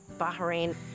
Bahrain